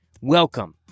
welcome